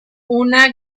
una